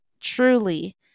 truly